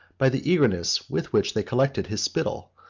by the eagerness with which they collected his spittle,